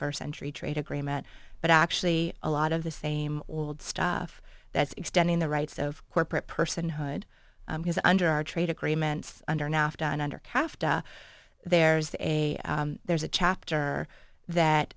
first century trade agreement but actually a lot of the same old stuff that's extending the rights of corporate personhood because under our trade agreements under nafta and under hafta there's a there's a chapter that